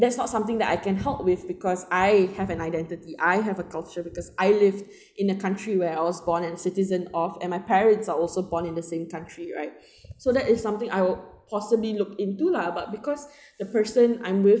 that's not something that I can help with because I have an identity I have a culture because I live in a country where I was born and citizens of and my parents are also born in the same country right so that is something I will possibly look into lah but because the person I'm with